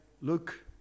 Look